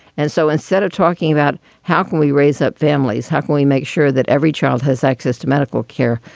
and so instead of talking about how can we raise up families, how can we make sure that every child has access to medical care?